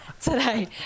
today